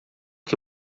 que